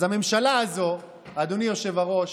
אז הממשלה הזו, אדוני היושב-ראש,